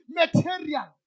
material